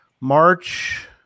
March